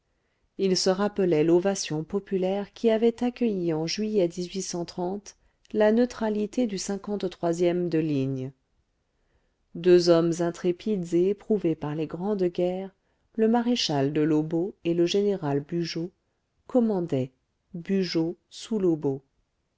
ils se rappelaient l'ovation populaire qui avait accueilli en juillet la neutralité du ème de ligne deux hommes intrépides et éprouvés par les grandes guerres le maréchal de lobau et le général bugeaud commandaient bugeaud sous lobau